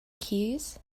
keys